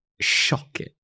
shocking